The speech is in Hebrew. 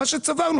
מה שצברנו,